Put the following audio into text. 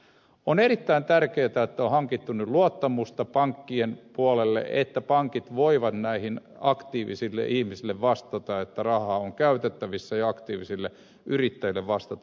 on erittäin tärkeätä että on hankittu nyt luottamusta pankkien puolelle että pankit voivat aktiivisille ihmisille vastata että rahaa on käytettävissä ja aktiivisille yrittäjille vastata